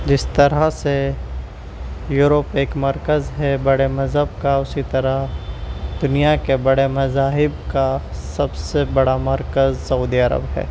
جس طرح سے یوروپ ایک مرکز ہے بڑے مذہب کا اسی طرح دنیا کے بڑے مذاہب کا سب سے بڑا مرکز سعودیہ عرب ہے